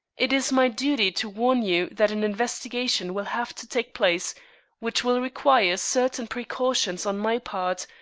it is my duty to warn you that an investigation will have to take place which will require certain precautions on my part,